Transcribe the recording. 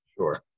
sure